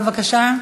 בבקשה.